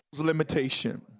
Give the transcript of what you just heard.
limitation